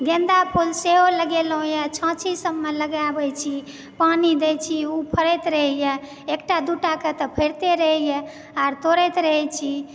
गेन्दा फूल सेहो लगेलहुॅं यऽ छाँछी सभमे लगाबै छी पानि दैत छी ओ फैड़ते रहैया एकटा दूटा के तऽ फैड़ते रहैया आर तोड़ैत रहै छी